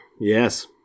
Yes